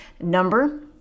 number